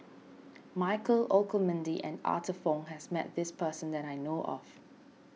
Michael Olcomendy and Arthur Fong has met this person that I know of